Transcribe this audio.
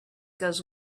goes